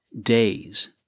days